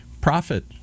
profit